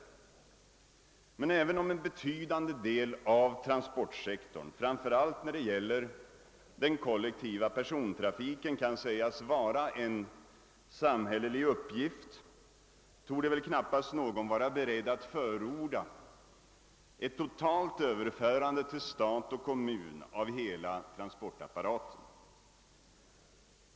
Men även om det kan anses vara en samhällelig uppgift att svara för en betydande del av transportsektorn — framför allt när det gäller den kollektiva persontrafiken — torde väl knappast någon vara beredd att förorda ett totalt överförande till stat och kommun av hela transportapparaten.